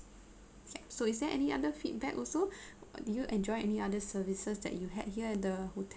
so is there any other feedback also did you enjoy any other services that you had here in the hotel